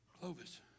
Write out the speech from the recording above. Clovis